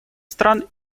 стран